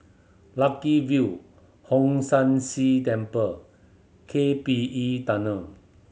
Lucky View Hong San See Temple K P E Tunnel